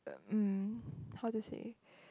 uh um how to say